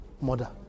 mother